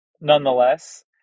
nonetheless